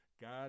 God